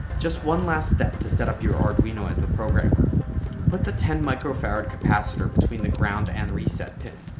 just one last step to set up your arduino as a programmer put the ten microfarad capacitor between the ground and reset pin.